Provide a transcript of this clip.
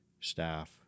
staff